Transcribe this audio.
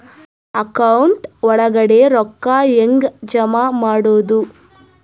Account ಒಳಗಡೆ ರೊಕ್ಕ ಹೆಂಗ್ ಜಮಾ ಮಾಡುದು?